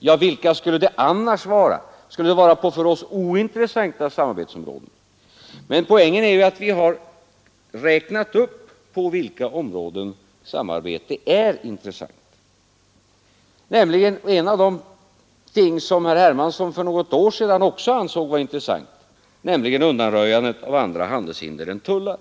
Ja, vilka skulle det annars vara — skulle det vara för 12 december 1972 oss ointressanta samarbetsområden? Poängen är ju att vi räknat upp på vilka områden samarbete är intressant. Ett av dessa gäller en sak som också herr Hermansson för något år sedan ansåg vara intressant, nämligen undanröjande av andra handelshinder än tullar.